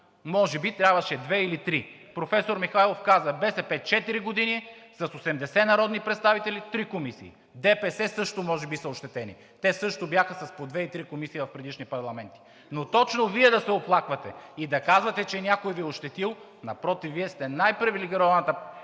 Може би трябваше две или три. Професор Михайлов каза: БСП 4 години с 80 народни представители – три комисии. „Движение за права и свободи“ също може би са ощетени. Те също бяха с по две и три комисии в предишни парламенти. Но точно Вие да се оплаквате и да казвате, че някой Ви е ощетил?! Напротив, Вие сте най-привилегированата партия.